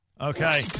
Okay